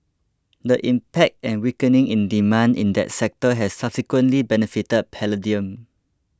the impact and weakening in demand in that sector has subsequently benefited palladium